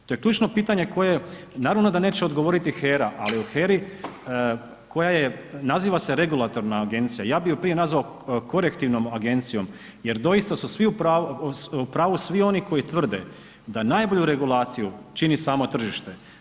To je ključno pitanje koje, naravno da neće odgovoriti HERA, ali o HERA-i koja je, naziva se regulatorna agencija, ja bi ju prije nazvao korektivnom agencijom jer doista su u pravi svi oni koji tvrde da najbolju regulaciju čini samo tržište.